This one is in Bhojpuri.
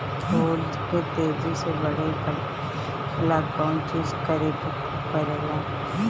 फूल के तेजी से बढ़े ला कौन चिज करे के परेला?